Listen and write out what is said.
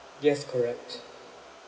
yes correct